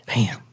Bam